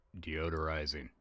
deodorizing